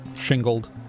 shingled